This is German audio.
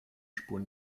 spuren